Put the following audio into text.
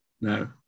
No